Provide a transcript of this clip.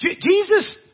Jesus